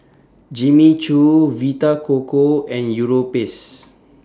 Jimmy Choo Vita Coco and Europace